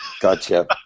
Gotcha